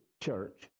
church